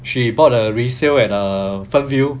she bought a resale at err fernvale